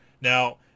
now